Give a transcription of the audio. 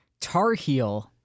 Tarheel